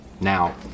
Now